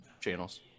channels